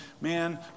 Man